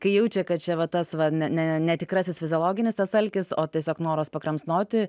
kai jaučia kad čia va tas va ne ne netikrasis fiziologinis tas alkis o tiesiog noras pakramsnoti